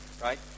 right